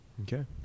Okay